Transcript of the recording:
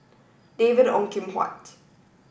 David Ong Kim Huat